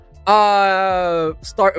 start